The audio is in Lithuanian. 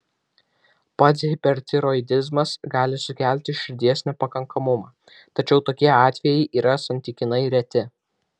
pats hipertiroidizmas gali sukelti širdies nepakankamumą tačiau tokie atvejai yra santykinai reti